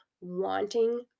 wanting